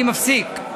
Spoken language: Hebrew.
אני מפסיק,